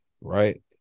right